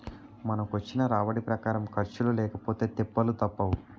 మనకొచ్చిన రాబడి ప్రకారం ఖర్చులు లేకపొతే తిప్పలు తప్పవు